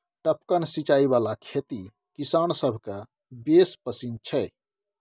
टपकन सिचाई बला खेती किसान सभकेँ बेस पसिन छै